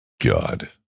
God